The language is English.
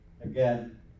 again